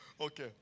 Okay